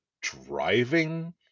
driving